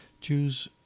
Jews